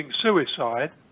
suicide